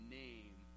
name